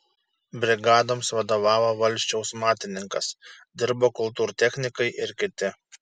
brigadoms vadovavo valsčiaus matininkas dirbo kultūrtechnikai ir kiti